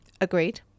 Agreed